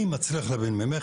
אני מצליח להבין ממך